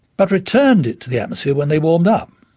but returned it to the atmosphere when they warmed up.